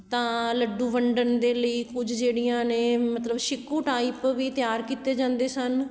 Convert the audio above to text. ਤਾਂ ਲੱਡੂ ਵੰਡਣ ਦੇ ਲਈ ਕੁਝ ਜਿਹੜੀਆਂ ਨੇ ਮਤਲਬ ਛਿੱਕੂ ਟਾਈਪ ਵੀ ਤਿਆਰ ਕੀਤੇ ਜਾਂਦੇ ਸਨ